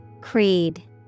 Creed